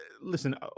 listen